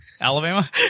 Alabama